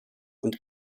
und